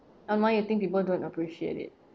on why you think people don't appreciate it